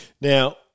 Now